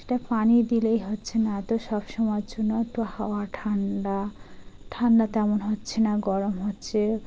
সেটা পানি দিলেই হচ্ছে না এতো সব সমময়ের জন্য তো হাওয়া ঠান্ডা ঠান্ডা তেমন হচ্ছে না গরম হচ্ছে